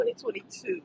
2022